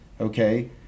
okay